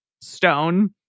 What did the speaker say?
stone